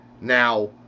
Now